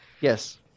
Yes